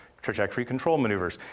trajectory control maneuvers.